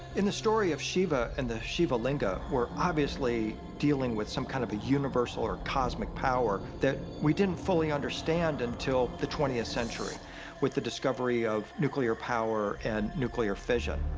in the story of shiva and the shiva linga, we're obviously dealing with some kind of a universal or cosmic power that we didn't fully understand until the twentieth century with the discovery of nuclear power and nuclear fission.